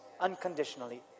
unconditionally